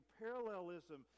parallelism